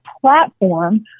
platform